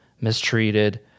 mistreated